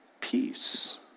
peace